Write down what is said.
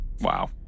Wow